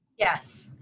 yes.